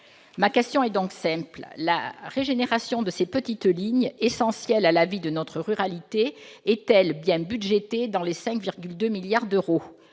Ma question est donc simple : la régénération de ces petites lignes, essentielles à la vie de notre ruralité, est-elle bien budgétée dans les 5,2 milliards d'euros